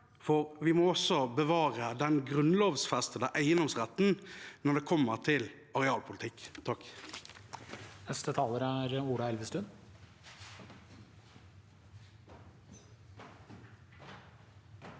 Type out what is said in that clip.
for vi må også bevare den grunnlovfestede eiendomsretten når det kommer til arealpolitikk. Ola